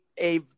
A-